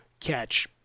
catch